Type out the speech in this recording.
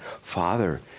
Father